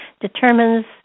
determines